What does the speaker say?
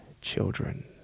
children